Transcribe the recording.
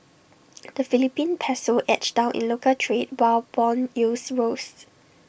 the Philippine Peso edged down in local trade while Bond yields rose